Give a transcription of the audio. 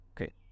okay